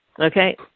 Okay